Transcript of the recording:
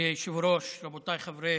מכובדי היושב-ראש, רבותיי חברי